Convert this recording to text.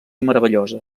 meravellosa